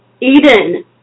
Eden